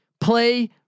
Play